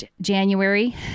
January